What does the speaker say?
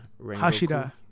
Hashira